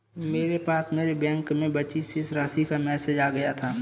मेरे पास मेरे बैंक में बची शेष राशि का मेसेज आ गया था